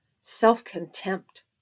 self-contempt